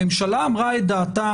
הממשלה אמרה את דעתה,